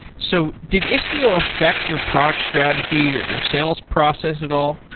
so did istio affect your product strategy or your sales process at all?